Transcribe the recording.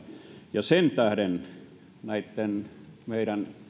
ja sen tähden näitten meidän